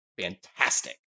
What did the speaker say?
fantastic